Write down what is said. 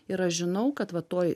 ir aš žinau kad va toj